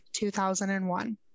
2001